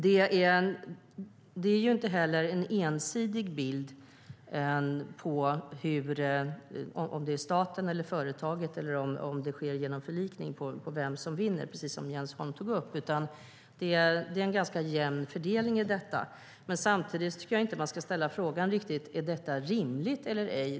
Det finns inte heller en ensidig bild av att det är staten eller företaget som vinner eller det sker genom förlikning, precis som Jens Holm tog upp, utan det är en ganska jämn fördelning. Samtidigt ska man inte ställa frågan om detta är rimligt eller ej.